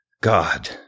God